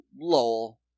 Lowell